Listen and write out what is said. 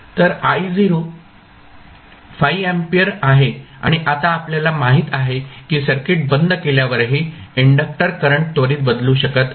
तर I0 5 ampere आहे आणि आता आपल्याला माहित आहे की सर्किट बंद केल्यावरही इंडक्टक्टर करंट त्वरित बदलू शकत नाही